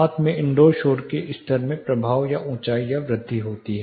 साथ में इनडोर शोर स्तर में प्रभाव या ऊंचाई या वृद्धि होती है